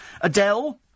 Adele